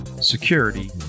security